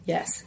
Yes